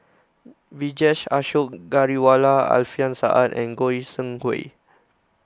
Vijesh Ashok Ghariwala Alfian Sa'At and Goi Seng Hui